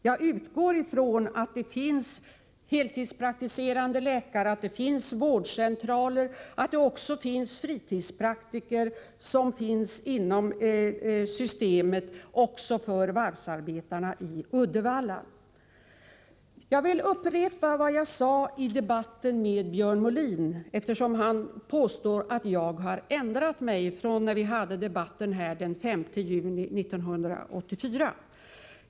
Jag utgår från att det finns heltidspraktiserande läkare, vårdcentraler och även fritidspraktiker inom systemet också för varvsarbetarna i Uddevalla. Jag vill upprepa vad jag sade i den förra debatten med Björn Molin, eftersom han påstår att jag har ändrat mig sedan vi hade debatten den 5 juni 1984.